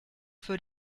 für